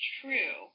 true